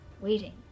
waiting